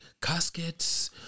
caskets